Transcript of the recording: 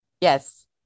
yes